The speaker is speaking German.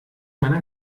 meiner